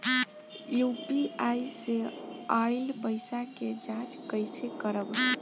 UPI से आइल पईसा के जाँच कइसे करब?